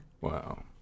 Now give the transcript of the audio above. Wow